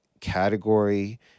category